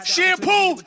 Shampoo